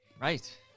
Right